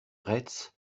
retz